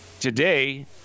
Today